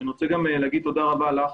אני רוצה להגיד תודה רבה לך,